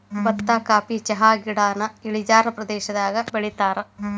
ಬತ್ತಾ ಕಾಫಿ ಚಹಾಗಿಡಾನ ಇಳಿಜಾರ ಪ್ರದೇಶದಾಗ ಬೆಳಿತಾರ